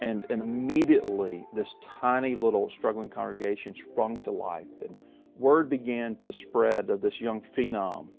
and, immediately this tiny, little, struggling congregation sprung to life and word began to spread of this young phenom